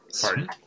Pardon